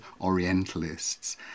Orientalists